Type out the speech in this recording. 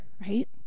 Right